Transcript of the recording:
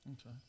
okay